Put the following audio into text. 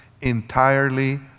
entirely